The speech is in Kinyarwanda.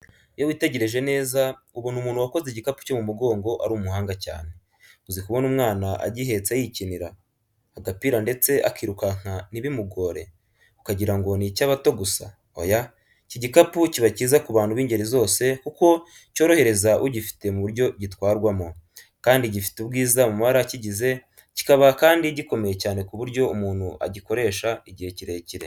Iyo witegereje neza, ubona umuntu wakoze igikapu cyo mu mugongo ari umuhanga cyane. Uzi kubona umwana agihetse yikinira, agapira ndetse akirukanka ntibimugore? Ukagira ngo ni icy’abato gusa? Oya, iki gikapu kiba cyiza ku bantu b’ingeri zose kuko cyorohereza ugifite mu buryo gitwarwamo. Kandi gifite ubwiza mu mabara akigize, kikaba kandi gikomeye cyane ku buryo umuntu agikoresha igihe kirekire.